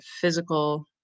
physical